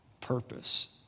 purpose